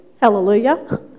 hallelujah